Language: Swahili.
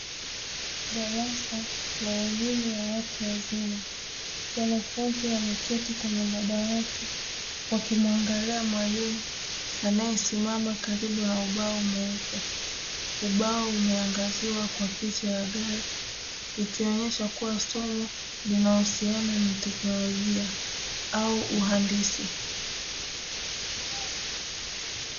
Darasa la elimu ya watu wazima, wanafunzi wameketi kwenye madawati wakimwangalia mwalimu anayesimama karibu na ubao mweupe. Ubao umeangaziwa kwa picha ya gari ikionyesha kuwa somo linalohusiana na teknolojia au uhandisi.